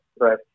right